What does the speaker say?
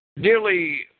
nearly